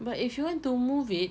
but if you want to move it